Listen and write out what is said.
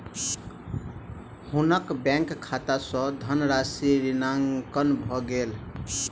हुनकर बैंक खाता सॅ धनराशि ऋणांकन भ गेल